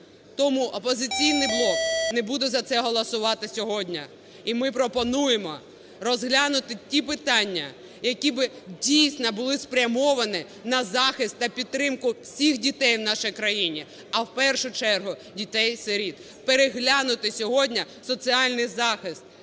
Тому "Опозиційний блок" не буде за це голосувати сьогодні. І ми пропонуємо розглянути ті питання, які б, дійсно, були спрямовані на захист та підтримку всіх дітей в нашій країні, а в першу чергу - дітей-сиріт. Переглянути сьогодні соціальний захист